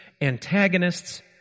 antagonists